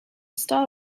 star